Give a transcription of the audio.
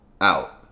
out